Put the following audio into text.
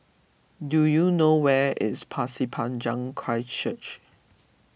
do you know where is Pasir Panjang Christ Church